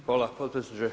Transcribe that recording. Hvala potpredsjedniče.